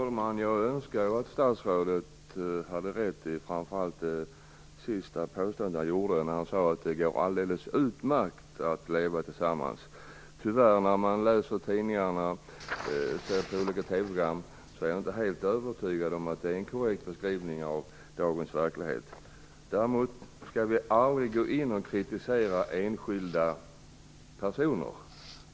Fru talman! Jag önskar att statsrådet hade rätt, framför allt i det sista påståendet, när han sade att det går alldeles utmärkt att leva tillsammans. När jag läser tidningar och ser olika TV-program är jag tyvärr inte helt övertygad om att det är en korrekt beskrivning av dagens verklighet. Däremot skall vi aldrig gå in och kritisera enskilda personer.